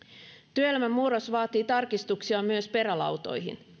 työelämän murros vaatii tarkistuksia myös perälautoihin